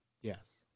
Yes